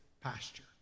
pasture